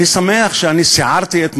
אני שמח שאני סיערתי את מוחך,